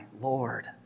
Lord